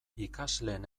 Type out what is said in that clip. ikasleen